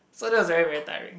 so that are very very tiring